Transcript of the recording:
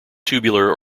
tubular